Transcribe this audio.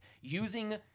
using